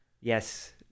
yes